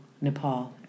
Nepal